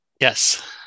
Yes